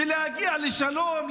ולהגיע לשלום,